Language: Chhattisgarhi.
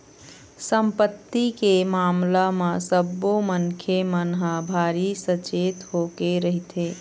संपत्ति के मामला म सब्बो मनखे मन ह भारी सचेत होके रहिथे